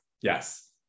Yes